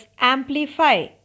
amplify